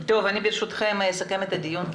ברשותכם אני אסכם את הדיון.